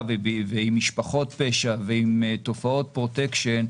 ועם משפחות פשע ועם תופעות פרוטקשן,